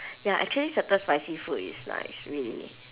ya actually certain spicy food is like it's really